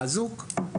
האזוק,